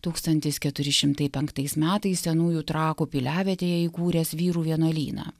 tūkstantis keturi šimtai penktais metais senųjų trakų piliavietėje įkūręs vyrų vienuolyną